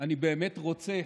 אני באמת רוצה